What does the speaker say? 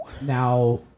Now